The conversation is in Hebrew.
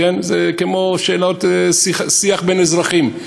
זה כמו שיח בין אזרחים.